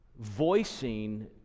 voicing